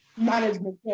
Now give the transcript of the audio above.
management